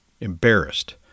embarrassed